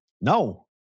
No